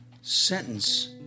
sentence